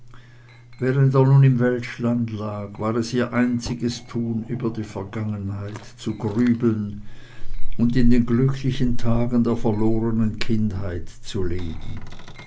während er nun in welschland lag war es ihr einziges tun über die vergangenheit zu grübeln und in den glücklichen tagen der verlorenen kindheit zu leben